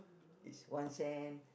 is one cent